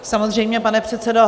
Samozřejmě, pane předsedo.